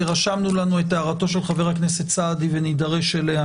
רשמנו לנו את הערתו של חבר הכנסת סעדי ונידרש אליה